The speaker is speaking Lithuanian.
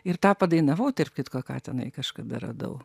ir tą padainavau tarp kitko ką tenai kažkada radau